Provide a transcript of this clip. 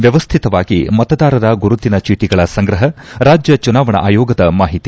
ವ್ಯವಸ್ಥಿತವಾಗಿ ಮತದಾರರ ಗುರುತಿನ ಚೀಟಿಗಳ ಸಂಗ್ರಹ ರಾಜ್ಯ ಚುನಾವಣಾ ಆಯೋಗದ ಮಾಹಿತಿ